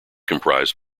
comprised